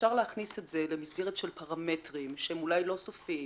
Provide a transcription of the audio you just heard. אפשר להכניס את זה למסגרת של פרמטרים שהם אולי לא סופיים,